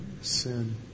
sin